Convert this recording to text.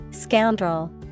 Scoundrel